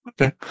Okay